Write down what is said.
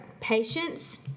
patience